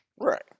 Right